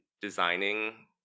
designing